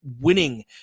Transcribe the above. winning